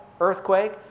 earthquake